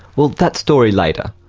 well that story later,